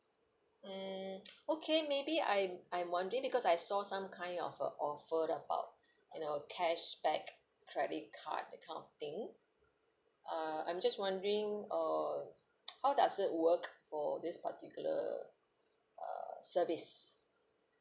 mm okay maybe I'm I'm wondering because I saw some kind of offer about you know cashback credit card that kind of thing uh I'm just wondering uh how does it work for this particular uh service